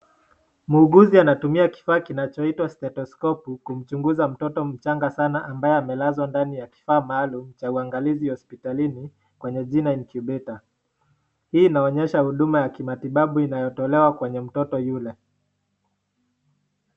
Muuguzi anatumia kifaa kinachoitwa stethoskopu kumchunguza mtoto mchanga sana ambaye amelazwa ndani ya kifaa maalum cha uangalizi hosiptalini kwenye jina incubator . Hii inaonyesha huduma ya kimatibabu inayotolewa kwenye mtoto yule.